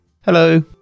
Hello